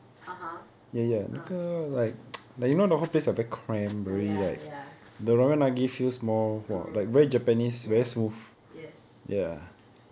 (uh huh) ah ah ya ya mm ya yes yes